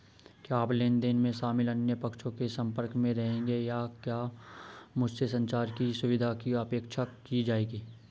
क्या आप लेन देन में शामिल अन्य पक्षों के संपर्क में रहेंगे या क्या मुझसे संचार की सुविधा की अपेक्षा की जाएगी?